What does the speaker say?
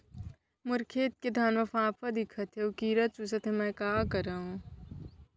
मोर खेत के धान मा फ़ांफां दिखत हे अऊ कीरा चुसत हे मैं का करंव?